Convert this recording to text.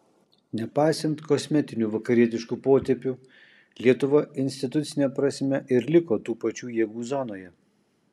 nepaisant kosmetinių vakarietiškų potėpių lietuva institucine prasme ir liko tų pačių jėgų zonoje